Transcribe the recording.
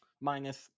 Minus